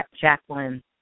Jacqueline